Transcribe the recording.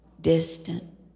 Distant